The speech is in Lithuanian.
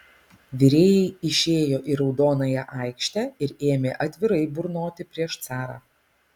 virėjai išėjo į raudonąją aikštę ir ėmė atvirai burnoti prieš carą